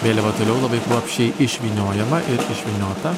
vėliava toliau labai kruopščiai išvyniojama ir išvyniota